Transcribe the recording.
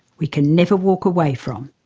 we can never walk away from.